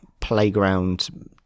playground